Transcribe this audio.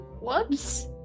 Whoops